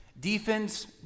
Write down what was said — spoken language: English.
Defense